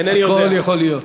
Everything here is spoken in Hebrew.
אינני יודע, הכול יכול להיות.